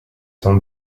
sans